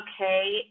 okay